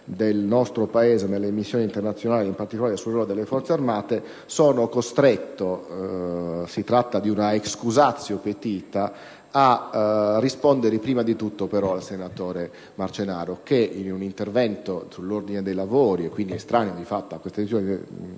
del nostro Paese nelle missioni internazionali, in particolare sul ruolo delle Forze armate, io sono costretto - e si tratta di una *excusatio petita* - a rispondere in primo luogo al senatore Marcenaro. In un intervento sull'ordine dei lavori, quindi estraneo di fatto a questa discussione